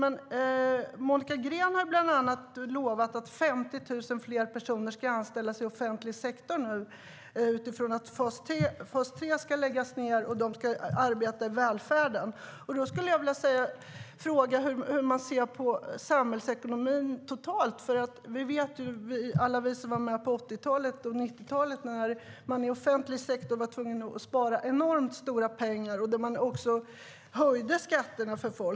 Monica Green har bland annat lovat att 50 000 fler ska anställas i offentlig sektor eftersom fas 3 ska läggas ned och dessa i stället ska arbeta inom välfärden. Därför skulle jag vilja fråga hur man ser på samhällsekonomin totalt. Alla vi som var med på 80 och 90-talen minns hur man i offentlig sektor var tvungen att spara stora pengar. Man var även tvungen att höja skatterna för folk.